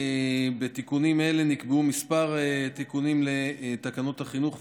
בתיקונים אלה נקבעו כמה תיקונים לתקנות החינוך,